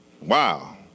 Wow